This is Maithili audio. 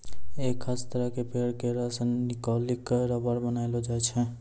एक खास तरह के पेड़ के रस निकालिकॅ रबर बनैलो जाय छै